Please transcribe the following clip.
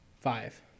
Five